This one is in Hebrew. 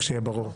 רק שיהיה ברור.